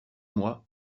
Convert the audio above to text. mois